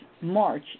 March